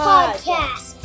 Podcast